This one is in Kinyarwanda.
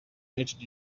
united